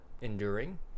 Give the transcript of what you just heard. enduring